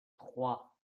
trois